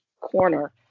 corner